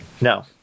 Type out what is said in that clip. no